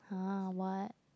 !huh! what